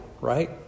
Right